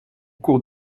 cours